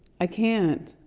i can't,